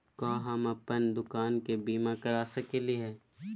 का हम अप्पन दुकान के बीमा करा सकली हई?